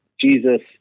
Jesus